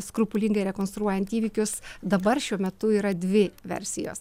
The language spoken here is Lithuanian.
skrupulingai rekonstruojant įvykius dabar šiuo metu yra dvi versijos